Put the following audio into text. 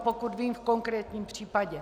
Pokud vím v konkrétním případě.